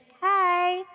hi